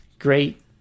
great